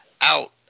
out